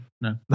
No